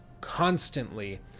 constantly